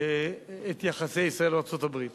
את יחסי ישראל וארצות-הברית.